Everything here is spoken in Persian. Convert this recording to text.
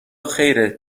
خیرت